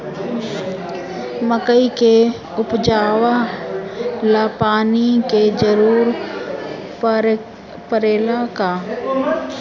मकई के उपजाव ला पानी के जरूरत परेला का?